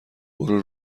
برو